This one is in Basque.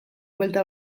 buelta